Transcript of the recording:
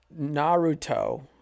Naruto